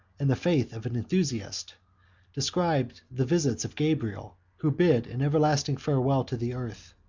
and the faith of an enthusiast described the visits of gabriel, who bade an everlasting farewell to the earth,